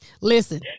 Listen